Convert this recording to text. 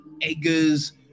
eggers